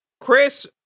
Chris